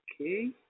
Okay